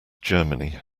germany